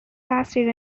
lasted